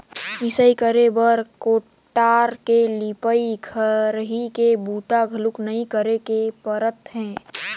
मिंसई करे बर कोठार के लिपई, खरही के बूता घलो नइ करे के परत हे